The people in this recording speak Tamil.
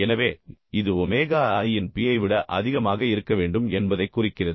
எனவே இது ஒமேகா i இன் p ஐ விட அதிகமாக இருக்க வேண்டும் என்பதைக் குறிக்கிறது